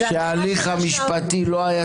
שההליך החקיקתי לא היה תקין?